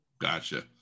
Gotcha